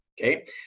okay